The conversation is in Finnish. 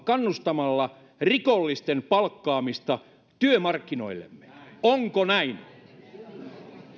kannustamalla rikollisten palkkaamista työmarkkinoillemme onko näin